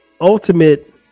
ultimate